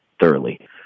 thoroughly